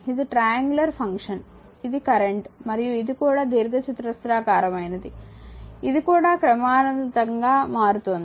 ఇది triangular function ఇది current మరియు ఇది కూడా దీర్ఘచతురస్రాకారమైనది ఇది కూడా క్రమానుగతంగా మారుతోంది